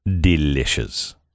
Delicious